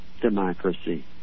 democracy